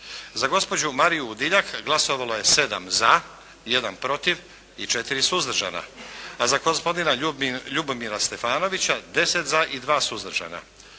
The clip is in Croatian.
Za gospođu Mariju Udiljak glasovalo je 7 za, 1 protiv i 4 suzdržana. A za gospodina Ljubomira Stefanovica 10 za i 2 suzdržana.